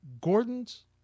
Gordon's